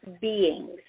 beings